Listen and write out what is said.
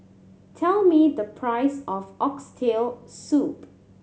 tell me the price of Oxtail Soup